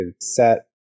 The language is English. set